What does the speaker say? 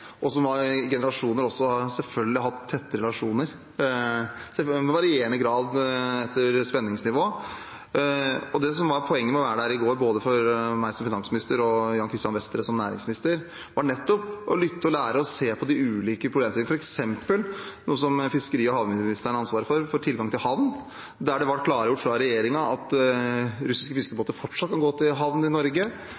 og hvor man i generasjoner selvfølgelig har hatt tette relasjoner – i varierende grad etter spenningsnivå. Poenget med å være der i går, både for meg som finansminister og for Jan Christian Vestre som næringsminister, var nettopp å lytte og lære og se på de ulike problemstillingene, f.eks. tilgangen til havn, noe som fiskeri- og havministeren har ansvaret for. Der ble det klargjort fra regjeringens side at russiske fiskebåter fortsatt kan gå til havn